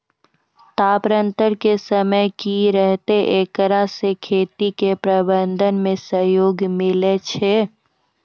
तापान्तर के समय की रहतै एकरा से खेती के प्रबंधन मे सहयोग मिलैय छैय?